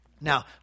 now